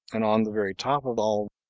and on the very top of all,